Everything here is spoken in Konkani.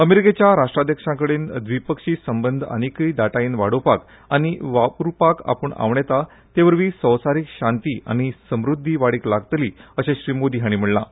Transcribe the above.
अमेरिकेच्या राष्ट्रांध्यक्षकां कडेन द्वीपक्षीय संबंद आनीकय दाटायेन वाडोवपाक आनी वावुरपाक आपूण आंवडेतां ते वरवीं संवसारीक शांती आनी समृद्धी वाडिक लागतली अशें श्री मोदी हांणी म्हणलां